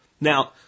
Now